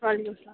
وعلیکُم سلام